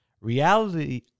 Reality